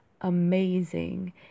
amazing